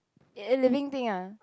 a living thing ah